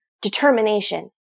determination